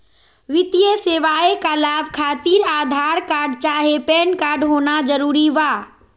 वित्तीय सेवाएं का लाभ खातिर आधार कार्ड चाहे पैन कार्ड होना जरूरी बा?